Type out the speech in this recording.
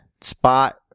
spot